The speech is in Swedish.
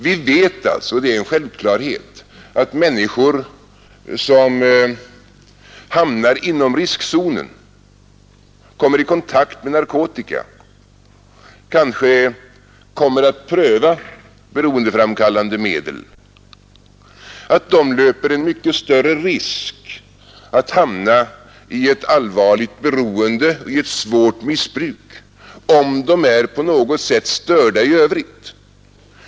Vi vet att människor, som hamnar inom riskzonen, kommer i kontakt med narkotika och kanske prövar beroendeframkallande medel, löper en mycket större risk att hamna i ett allvarligt beroende och ett svårt missbruk, om de är på något sätt störda i övrigt.